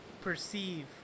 perceive